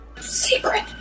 Secret